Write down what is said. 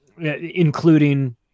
including